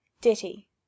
Ditty